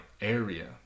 area